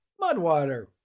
Mudwater